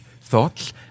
thoughts